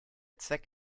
zweck